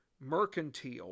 mercantile